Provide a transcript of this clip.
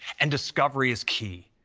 and discovery is key.